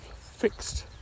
fixed